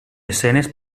escenes